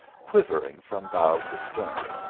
quivering from bow to stern.